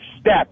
step